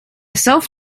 self